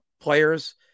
players